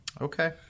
Okay